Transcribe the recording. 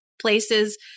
places